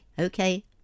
Okay